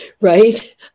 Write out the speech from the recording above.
right